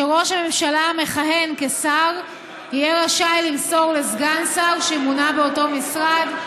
שראש הממשלה המכהן כשר יהיה רשאי למסור לסגן שר שמונה באותו משרד,